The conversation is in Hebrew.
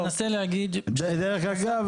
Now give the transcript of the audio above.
דרך אגב,